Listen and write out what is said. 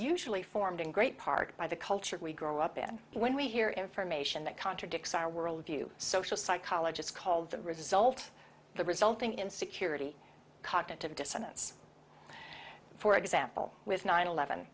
usually formed in great part by the culture we grow up in when we hear information that contradicts our world view social psychologists call the result the resulting in security cognitive dissonance for example with nine eleven